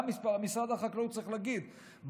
גם משרד החקלאות צריך להגיד,